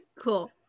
cool